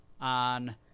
on